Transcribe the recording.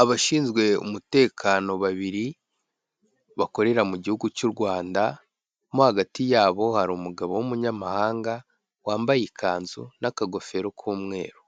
Abashinzwe umutekano babiri, bakorera mu gihugu cy'u Rwanda, mo hagati yabo hari umugabo w'umunyamahanga, wambaye ikanzu n'akagofero k'umweru,